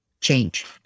change